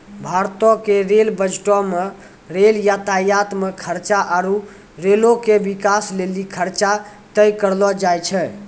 भारतो के रेल बजटो मे रेल यातायात मे खर्चा आरु रेलो के बिकास लेली खर्चा तय करलो जाय छै